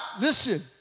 listen